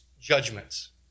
judgments